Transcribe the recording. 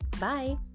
Bye